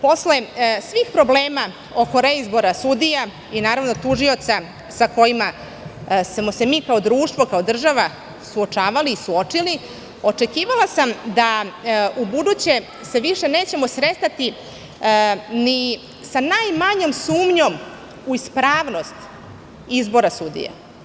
Posle svih problema oko reizbora sudija i tužioca sa kojima smo se mi kao društvo, kao država suočavali i suočili, očekivala sam da se u buduće nećemo sretati ni sa najmanjom sumnjom u ispravnost izbora sudije.